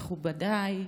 מכובדיי,